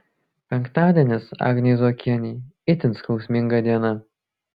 penktadienis agnei zuokienei itin skausminga diena